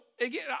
again